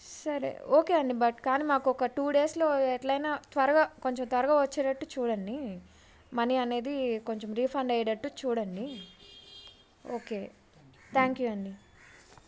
సరే ఓకే అండి బట్ కానీ మాకు ఒక టూ డేస్లో ఎట్లు అయిన త్వరగా కొంచెం త్వరగా వచ్చేటట్టు చూడండి మనీ అనేది కొంచెం రిఫండ్ అయ్యేటట్టు చూడండి ఓకే థ్యాంక్ యూ అండి